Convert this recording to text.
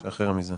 שחרר מזה.